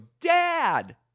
dad